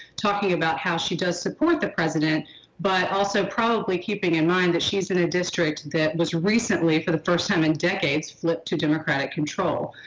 talking about how she does support the president but also probably keeping in mind that she's in a district that was recently for the first time in decades, flipped to democratic control.